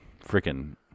freaking